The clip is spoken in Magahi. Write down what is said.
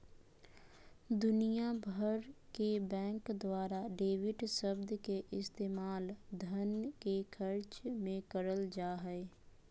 दुनिया भर के बैंक द्वारा डेबिट शब्द के इस्तेमाल धन के खर्च मे करल जा हय